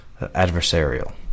adversarial